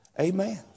Amen